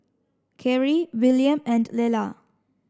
Karie William and Lelah